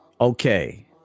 Okay